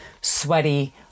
sweaty